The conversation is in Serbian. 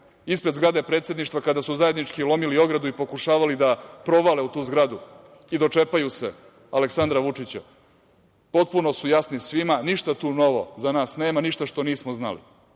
ispred zgrade predsedništva kada su zajednički lomili ogradu i pokušavali da provale u tu zgradu i dočepaju se Aleksandra Vučića, potpuno su jasne svima, ništa tu novo za nas nema, ništa što nismo znali.